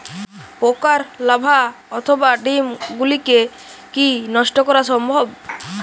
পোকার লার্ভা অথবা ডিম গুলিকে কী নষ্ট করা সম্ভব?